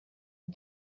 tym